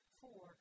four